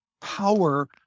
power